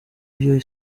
iyo